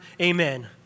Amen